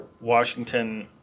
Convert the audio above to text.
Washington